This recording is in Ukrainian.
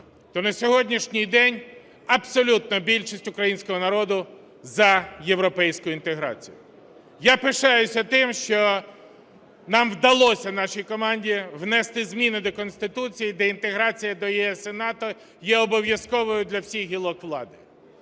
то на сьогоднішній день абсолютна більшість українського народу за європейську інтеграцію. Я пишаюся тим, що нам вдалося, нашій команді, внести зміни до Конституції, де інтеграція до ЄС і НАТО є обов'язковою для всіх гілок влади.